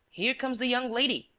here comes the young lady.